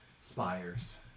spires